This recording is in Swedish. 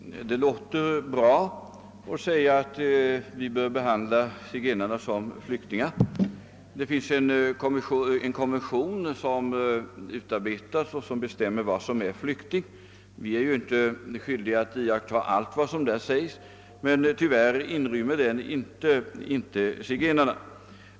Herr talman! Det låter bra när man säger att vi bör behandla zigenarna som flyktingar. Det finns en konvention som bestämmer vem som är att betrakta som flykting. Vi är inte skyldiga att iaktta allt som sägs i den konventionen, som tyvärr inte inrymmer bestämmelser om zigenarna.